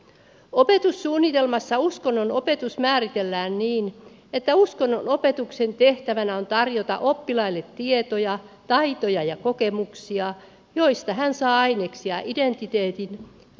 opetussuunnitelmassa uskonnonopetus määritellään niin että uskonnonopetuksen tehtävänä on tarjota oppilaalle tietoja taitoja ja kokemuksia joista he saavat aineksia identiteetin ja maailmankatsomuksen rakentamiseen